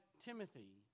Timothy